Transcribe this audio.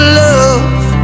love